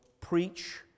preach